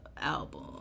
album